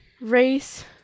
race